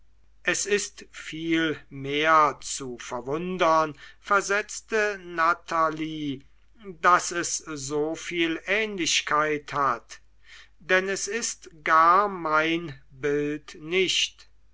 es ist vielmehr zu verwundern versetzte natalie daß es so viel ähnlichkeit hat denn es ist gar mein bild nicht